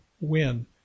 win